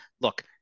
Look